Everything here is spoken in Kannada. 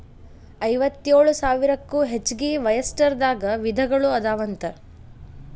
ಐವತ್ತೇಳು ಸಾವಿರಕ್ಕೂ ಹೆಚಗಿ ಒಯಸ್ಟರ್ ದಾಗ ವಿಧಗಳು ಅದಾವಂತ